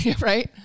Right